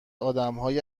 آدمهای